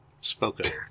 spoken